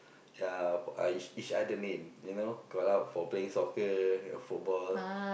ya uh each each other name you know call out for playing soccer uh football